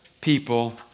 people